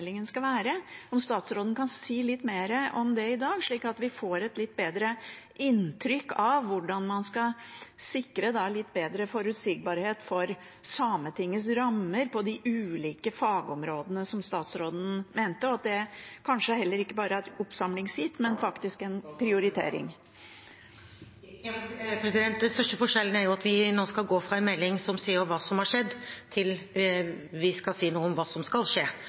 dag, slik at vi får et litt bedre inntrykk av hvordan man skal sikre litt bedre forutsigbarhet for Sametingets rammer på de ulike fagområdene som statsråden nevnte, og at det kanskje heller ikke bare er et oppsamlingsheat, men faktisk en prioritering? Den største forskjellen er at vi nå skal gå fra en melding som sier hva som har skjedd, til at vi skal si noe om hva som skal skje.